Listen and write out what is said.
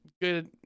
good